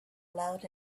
loud